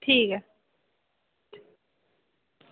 ठीक ऐ